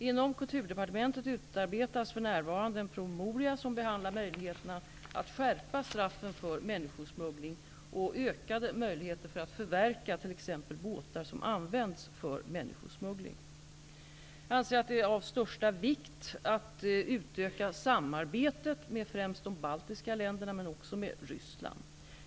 Inom Kulturdepartementet utarbetas för närvarande en promemoria som behandlar möjligheterna att skärpa straffen för människosmuggling och ökade möjligheter att förverka t.ex. båtar som används för människosmuggling. Jag anser att det är av största vikt att utöka samarbetet med främst de baltiska länderna, men också med Ryssland.